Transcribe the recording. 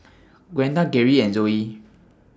Gwenda Gerri and Zoie